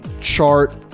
chart